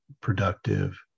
productive